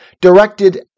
directed